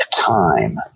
time